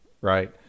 right